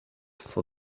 for